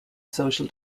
social